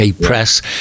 press